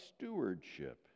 stewardship